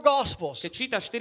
Gospels